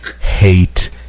hate